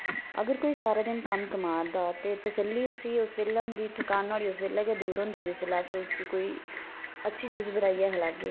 अगर कोई सारा दिन कम्म कमा'रदा ते तसल्ली उस्सी उस बेल्लै होंदी थकान नोह्ड़ी उस बेल्लै गै दूर होंदी जिस बेल्लै अस उस्सी कोई अच्छी चीज बनाईयै खलागे